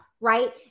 right